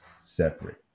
separate